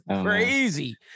crazy